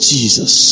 Jesus